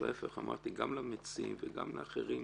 וההפך, אמרתי גם למציעים וגם לאחרים: